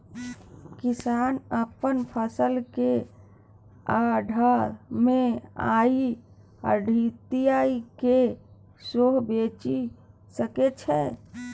किसान अपन फसल केँ आढ़त मे जाए आढ़तिया केँ सेहो बेचि सकै छै